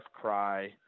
cry